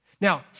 Now